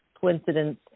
coincidence